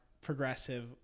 progressive